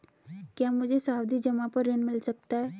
क्या मुझे सावधि जमा पर ऋण मिल सकता है?